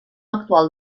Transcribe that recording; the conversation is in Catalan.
actual